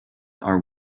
are